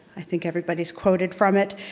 i think everybody is quoted from it,